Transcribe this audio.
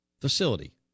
facility